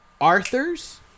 Arthur's